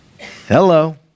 Hello